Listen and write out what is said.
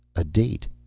a date.